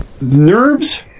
nerves